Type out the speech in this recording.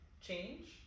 change